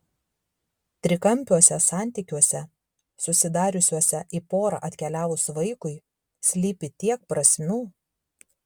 trikampiuose santykiuose susidariusiuose į porą atkeliavus vaikui slypi tiek prasmių